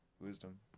wisdom